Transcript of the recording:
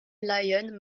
lyon